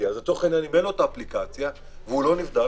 ואין לו את האפליקציה והוא לא נבדק,